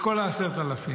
ובשנת 2027 את כל ה-10,000.